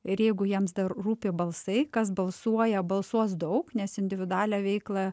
ir jeigu jiems dar rūpi balsai kas balsuoja balsuos daug nes individualią veiklą